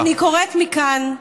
אז אני קוראת מכאן,